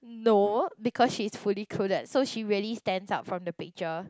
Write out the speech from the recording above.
no because she's fully clothed so she very stands out from the picture